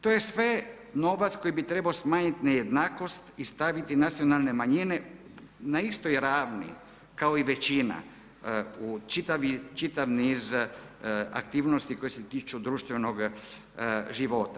To je sve novac koji bi trebao smanjiti nejednakost i staviti nacionalne manjine na istoj ravni kao i većina u čitav niz aktivnosti koje se tiču društvenog života.